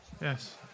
Yes